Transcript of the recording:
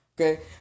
Okay